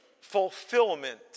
fulfillment